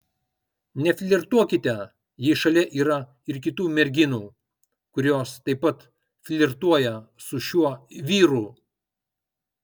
neflirtuokite jei šalia yra ir kitų merginų kurios taip pat flirtuoja su šiuo vyru